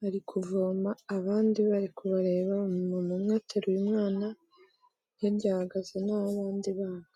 bari kuvoma abandi bari kubareba, umumama umwe ateruye umwana, hirya hahagaze n'abandi bana.